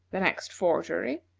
the next forgery,